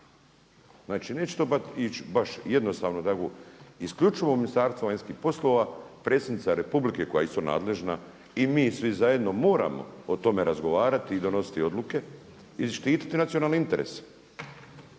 Znači neće to ići baš jednostavno tako, isključivo Ministarstvo vanjskih poslova, predsjednica Republike koja je isto nadležna i mi svi zajedno moramo o tome razgovarati i donositi odluke i štititi nacionalne interese.